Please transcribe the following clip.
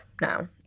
now